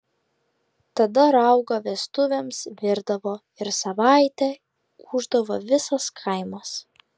tada raugą vestuvėms virdavo ir savaitę ūždavo visas kaimas